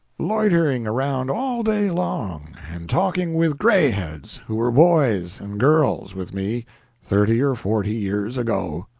loitering around all day long, and talking with grayheads who were boys and girls with me thirty or forty years ago.